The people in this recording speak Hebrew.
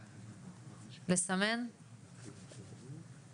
אני חושבת שהדבר הכי חשוב לציבור כולו